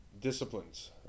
disciplines